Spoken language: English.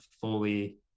fully